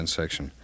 section